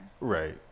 Right